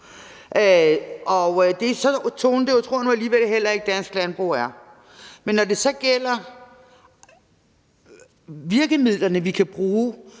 fokus på. Så tonedøve tror jeg nu alligevel heller ikke dansk landbrug er. Men når det så gælder de virkemidler, vi kan bruge,